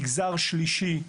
מגזר שלישי,